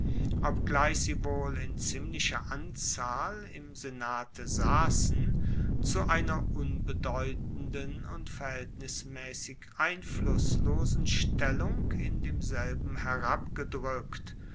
obgleich sie wohl in ziemlicher anzahl im senate sassen zu einer unbedeutenden und verhaeltnismaessig einflusslosen stellung in demselben